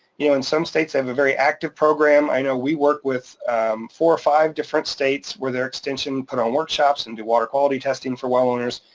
you know, in some states they have a very active program. i know we work with four or five different states where their extension put on workshops and do water quality testing for well owners,